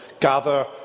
gather